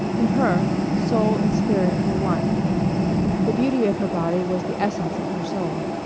in her, soul and spirit were one the beauty of her body was the essence of her soul.